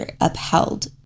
upheld